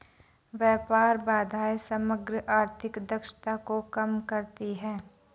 व्यापार बाधाएं समग्र आर्थिक दक्षता को कम करती हैं